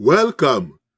Welcome